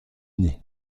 uni